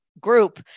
group